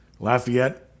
Lafayette